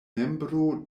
membro